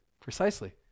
precisely